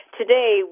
today